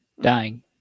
Dying